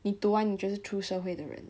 你读完你就是出社会的人